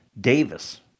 Davis